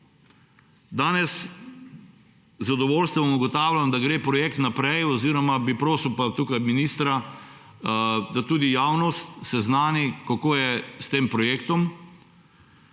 Danes z zadovoljstvom ugotavljam, da gre projekt naprej; oziroma bi prosil ministra, da tudi javnost seznani, kako je s tem projektom.